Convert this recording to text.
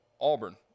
Auburn